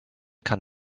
kann